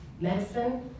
medicine